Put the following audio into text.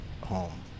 home